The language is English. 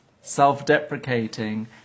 self-deprecating